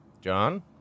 John